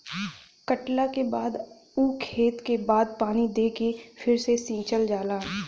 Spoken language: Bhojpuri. कटला के बाद ऊ खेत के खाद पानी दे के फ़िर से सिंचल जाला